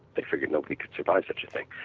they think that nobody could survive such a thing.